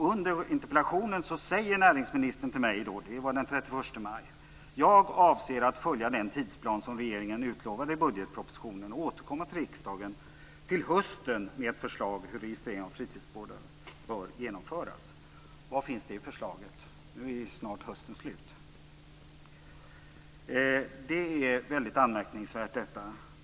Under interpellationsdebatten - det var den 31 maj - säger näringsministern till mig: "Jag avser att följa den tidsplan som regeringen utlovade i budgetpropositionen och återkomma till riksdagen under hösten med ett förslag till hur registrering av fritidsbåtar bör genomföras." Var finns det förslaget? Nu är hösten snart slut. Detta är väldigt anmärkningsvärt.